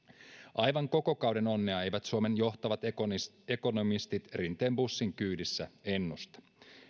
aivan koko kauden onnea eivät suomen johtavat ekonomistit ekonomistit rinteen bussin kyydissä ennusta